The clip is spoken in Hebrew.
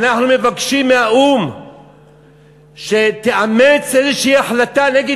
אנחנו מבקשים מהאו"ם שיאמץ איזה החלטה נגד